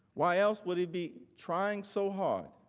why else would he be trying so hard,